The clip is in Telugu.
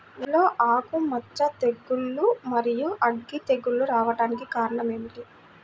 వరిలో ఆకుమచ్చ తెగులు, మరియు అగ్గి తెగులు రావడానికి కారణం ఏమిటి?